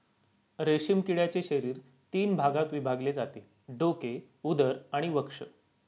रेशीम किड्याचे शरीर तीन भागात विभागले जाते डोके, उदर आणि वक्ष